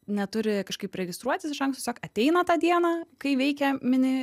neturi kažkaip registruotis iš anksto ateina tą dieną kai veikia mini